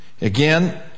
again